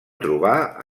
trobar